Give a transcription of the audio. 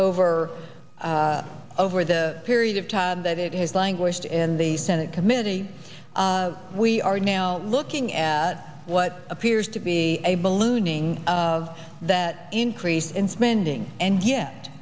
over over the period of time that it has languished in the senate committee we are now looking at what appears to be a balloon ing of that increase in spending and yet